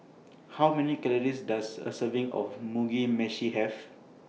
How Many Calories Does A Serving of Mugi Meshi Have